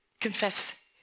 confess